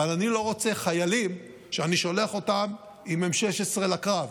אבל אני לא רוצה חיילים שאני שולח אותם עם M16 לקרב.